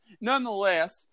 nonetheless